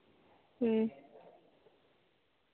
ᱦᱮᱸ